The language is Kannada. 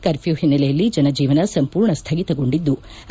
ಕರ್ಮ್ಲೂ ಹಿನ್ನೆಲೆಯಲ್ಲಿ ಜನಜೀವನ ಸಂಪೂರ್ಣ ಸ್ಗಿತಗೊಂಡಿದ್ಲು